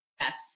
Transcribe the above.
yes